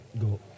Go